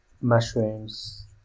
mushrooms